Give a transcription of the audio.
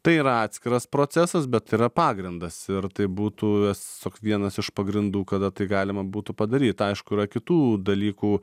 tai yra atskiras procesas bet yra pagrindas ir tai būtų es vienas iš pagrindų kada tai galima būtų padaryt aišku yra kitų dalykų